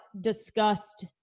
discussed